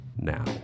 now